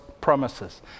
promises